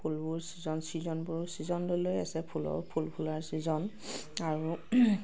ফুলবোৰ ছিজন ছিজনবোৰ ছিজন লৈ লৈ আছে ফুলৰ ফুল ফুলাৰ ছিজন আৰু